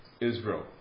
Israel